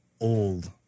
old